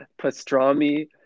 pastrami